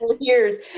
years